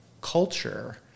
culture